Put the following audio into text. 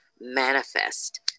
manifest